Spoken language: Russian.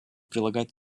прилагать